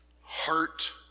Heart